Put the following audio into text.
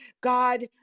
God